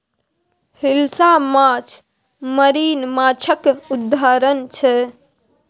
हिलसा माछ मरीन माछक उदाहरण छै